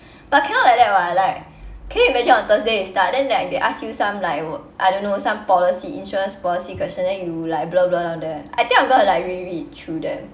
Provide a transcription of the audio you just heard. but cannot like that [what] like can you imagine on thursday you start then like if they ask you some like w~ I don't know some policy insurance policy question then you like blur blur all that I think I'm gonna like reread through them